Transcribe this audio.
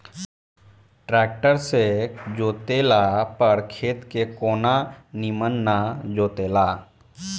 tractor से जोतला पर खेत के कोना निमन ना जोताला